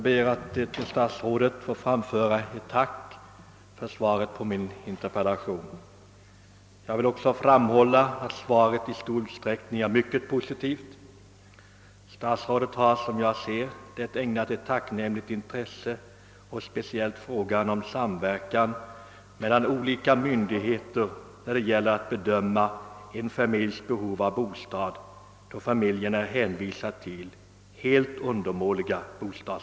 Herr talman! Jag ber att få tacka statsrådet för det i stort sett positiva svaret på min interpellation. Statsrådet har ägnat den stort intresse, speciellt frågan om samverkan mellan olika myndigheter för att bedöma en familjs behov av bostad, då familjen är hänvisad till en helt undermålig sådan.